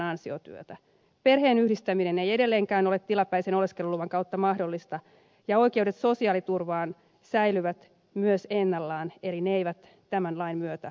perheen yhdistäminen ei edelleenkään ole tilapäisen oleskeluluvan kautta mahdollista ja oikeudet sosiaaliturvaan säilyvät myös ennallaan eli ne eivät tämän lain myötä laajene